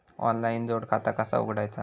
Online जोड खाता कसा उघडायचा?